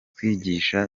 kwigisha